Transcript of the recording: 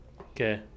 Okay